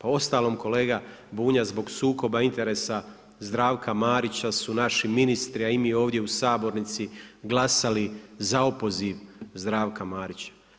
A uostalom, kolega Bunjac, zbog sukoba interesa Zdravka Marića su naši ministri, a i mi ovdje u sabornici, glasali za opoziv Zdravka Marića.